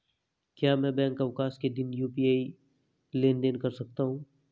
क्या मैं बैंक अवकाश के दिन यू.पी.आई लेनदेन कर सकता हूँ?